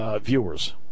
viewers